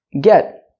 get